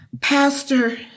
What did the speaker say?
Pastor